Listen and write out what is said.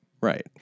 Right